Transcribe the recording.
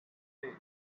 day